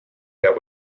that